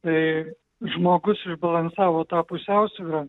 tai žmogus išbalansavo tą pusiausvyrą